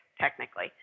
technically